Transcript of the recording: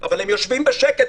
אבל הם יושבים בשקט,